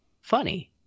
funny